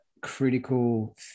critical